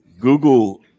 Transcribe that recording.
Google